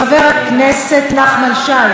חבר הכנסת נחמן שי,